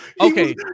Okay